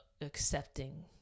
accepting